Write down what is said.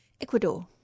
Ecuador